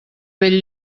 bell